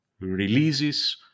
releases